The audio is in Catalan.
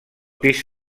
pis